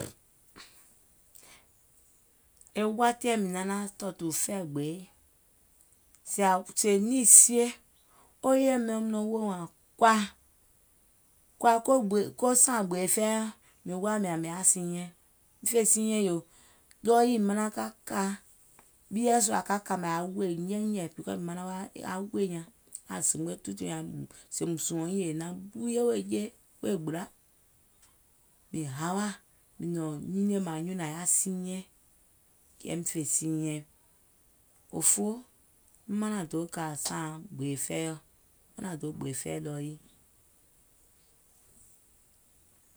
E watiɛ̀ mìŋ naŋ naàŋ tɔ̀ɔ̀tù fɛi gbèe, sèè nìì sie, wo yèye miɔ̀ŋ nɔŋ woò wààŋ kɔ̀à, kɔ̀à ko sààŋ gbèè fɛi, mìŋ woà mìàŋ mìŋ yaà siinyɛŋ, fè siinyɛŋ yòò, ɗɔɔ yii manaŋ ka kà ɓieɛ̀ sùà ka kàmè aŋ wòì nyɛɛnyɛ̀ɛ̀ because manaŋ wa aŋ wòì nyaŋ, aŋ zemgbe tùutùu nyàŋ sèèùm sùɔ̀ŋ nyiŋ àŋ naŋ ɓuuyè wèè jèe, wèè gbìla. Mìŋ hawa mìŋ nɔ̀ɔ̀ŋ nyinie mààŋ nyùùŋ nàŋ yaà siinyɛŋ, kɛɛìm fè siinyɛŋ, manàŋ do kà saaŋ gbèè fɛiɔ̀, manaŋ do kà gbèè fɛi ɗɔɔ yii.